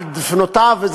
על דופנותיו,